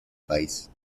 país